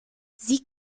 sie